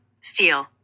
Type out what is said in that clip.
steel